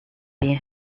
been